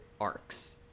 arcs